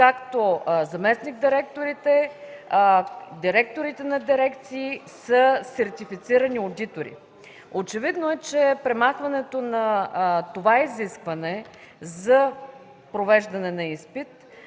– заместник-директорите, директорите на дирекции са сертифицирани одитори. Очевидно е, че премахването на изискването за провеждане на изпит